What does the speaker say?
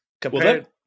compared